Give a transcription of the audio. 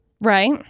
Right